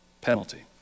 penalty